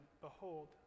Behold